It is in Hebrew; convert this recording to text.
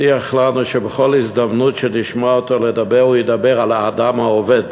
הבטיח לנו שבכל הזדמנות שנשמע אותו מדבר הוא ידבר על האדם העובד.